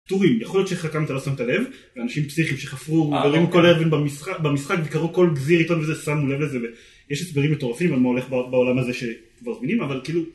טורים. יכול להיות שחלקם אתה לא שמת לב, ואנשים פסיכים שחפרו במשחק וקרעו כל גזיר עיתון וזה שמו לב לזה יש הסברים מטורפים על מה הולך בעולם הזה שכבר זמינים אבל כאילו